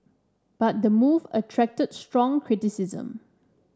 but the move attracted strong criticism